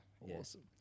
Awesome